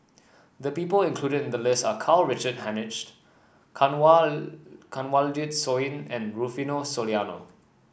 the people included in the list are Karl Richard Hanitsch Kanwaljit Soin and Rufino Soliano